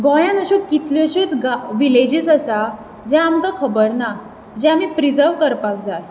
गोंयान अश्यो कितल्योश्योच गा विलेजीस आसा जे आमकां खबर ना जे आमी प्रिजर्व करपाक जाय